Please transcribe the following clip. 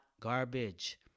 garbage